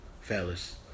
fellas